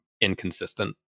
inconsistent